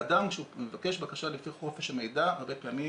אדם שמבקש בקשה לפי חוק חופש המידע הרבה פעמים